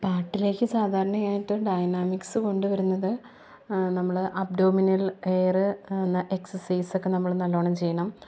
പാട്ടിലേക്ക് സാധാരണ യായിട്ട് ഡൈനാമിക്സ് കൊണ്ട് വരുന്നത് ആ നമ്മള് അബ്ഡോമിനൽ എയറ് ന എക്സർസൈസൊക്കെ നമ്മള് നല്ലോണം ചെയ്യണം